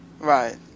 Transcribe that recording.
Right